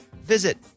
visit